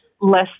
less